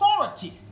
authority